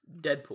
Deadpool